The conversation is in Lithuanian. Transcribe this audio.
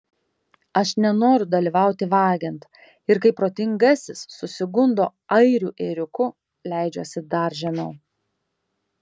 aš nenoriu dalyvauti vagiant ir kai protingasis susigundo airių ėriuku leidžiuosi dar žemiau